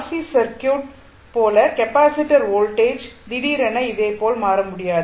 C circuit போல capacitor voltage திடீரென இதே போல் மாற முடியாது